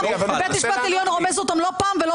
ובית המשפט העליון רומס אותן לא פעם ולא פעמיים.